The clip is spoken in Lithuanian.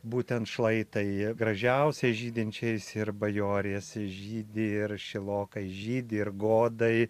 būtent šlaitai gražiausia žydinčiais ir bajorės žydi ir šilokai žydi ir godai